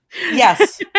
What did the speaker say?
Yes